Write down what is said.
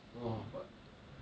!wah! but